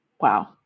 wow